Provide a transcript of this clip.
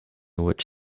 which